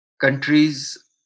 countries